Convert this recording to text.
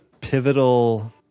pivotal